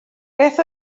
beth